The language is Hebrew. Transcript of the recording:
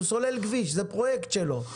הוא סולל כביש, זה פרויקט שלו.